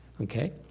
okay